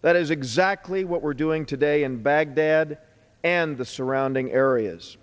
that is exactly what we're doing today in baghdad and the surrounding areas